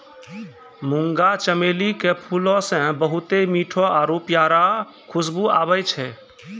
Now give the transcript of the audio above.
मुंगा चमेली के फूलो से बहुते मीठो आरु प्यारा खुशबु आबै छै